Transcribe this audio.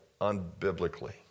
unbiblically